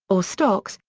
or stocks,